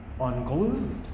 unglued